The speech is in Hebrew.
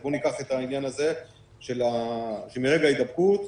אז בואו ניקח את העניין הזה שמרגע ההידבקות,